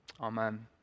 Amen